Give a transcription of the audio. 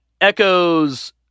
echoes